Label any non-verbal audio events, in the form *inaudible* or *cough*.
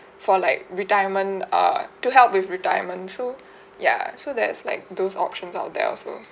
for like retirement err to help with retirement so *breath* ya so there's like those options out there also